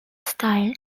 style